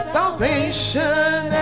Salvation